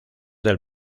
del